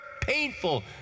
painful